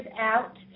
out